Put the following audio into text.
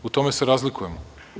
U tome se razlikujemo.